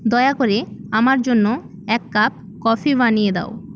দয়া করে আমার জন্য এক কাপ কফি বানিয়ে দাও